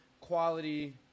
quality